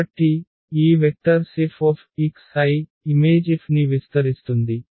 కాబట్టి ఈ vectors F image F ని విస్తరిస్తుంది